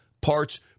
parts